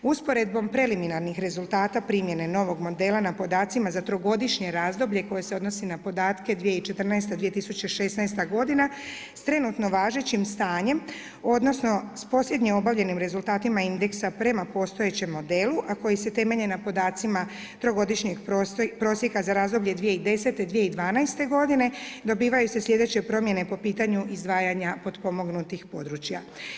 Usporedbom preliminarnih rezultata primjene novog modela na podacima za trogodišnje razdoblje koje se odnosi na podatke 2014.-2016. godina s trenutno važećim stanjem odnosno s posljednje obavljenim rezultatima indeksa prema postojećem modelu, a koji se temelji na podacima trogodišnjeg prosjeka za razdoblje 2010.-2012. godine dobivaju se sljedeće promjene po pitanju izdvajanja potpomognutih područja.